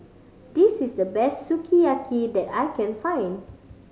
this is the best Sukiyaki that I can find